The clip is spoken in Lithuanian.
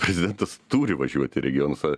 prezidentas turi važiuoti regionuose